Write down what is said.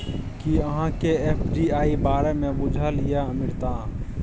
कि अहाँकेँ एफ.डी.आई बारे मे बुझल यै अमृता?